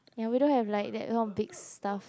ya we don't have like that kind of big stuff